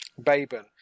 Baben